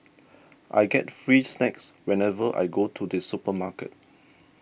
I get free snacks whenever I go to the supermarket